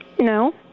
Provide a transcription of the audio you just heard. No